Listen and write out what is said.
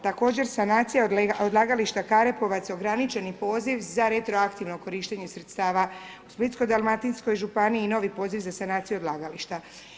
Također, sanacija odlagališta Karepovac, ograničeni poziv za retroaktivno korištenje sredstava u Splitsko-dalmatinskoj županiji i novi poziv za sanaciju odlagališta.